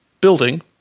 Building